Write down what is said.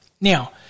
Now